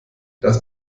das